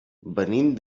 venim